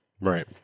Right